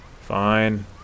Fine